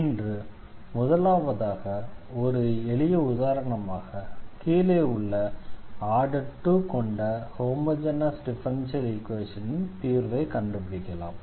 இன்று முதலாவதாக ஒரு எளிய உதாரணமாக கீழே உள்ள ஆர்டர் 2 கொண்ட ஹோமொஜெனஸ் டிஃபரன்ஷியல் ஈக்வேஷனின் தீர்வை கண்டுபிடிக்கலாம்